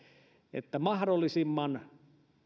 että mahdollisimman